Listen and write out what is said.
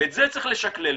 ואת זה צריך לשקלל,